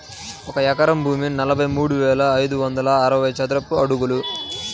ఒక ఎకరం భూమి నలభై మూడు వేల ఐదు వందల అరవై చదరపు అడుగులు